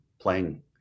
playing